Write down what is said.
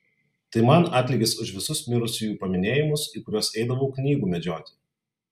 tai man atlygis už visus mirusiųjų paminėjimus į kuriuos eidavau knygų medžioti